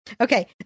Okay